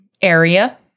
area